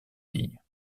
fille